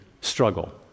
struggle